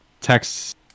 text